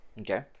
Okay